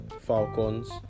Falcons